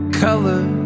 color